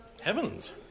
Heavens